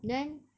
then